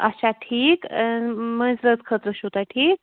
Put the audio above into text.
اَچھا ٹھیٖک مٲنٛزِ رٲژ خٲطرٕ چھُو تۄہہِ ٹھیٖک